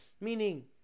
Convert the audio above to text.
Meaning